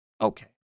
Okay